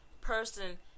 person